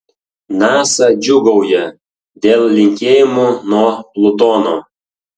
nasa džiūgauja dėl linkėjimų nuo plutono